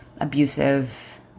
abusive